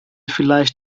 vielleicht